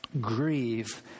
grieve